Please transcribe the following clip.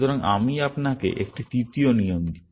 সুতরাং আমি আপনাকে একটি তৃতীয় নিয়ম দিই